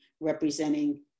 representing